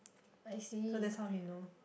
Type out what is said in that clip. I see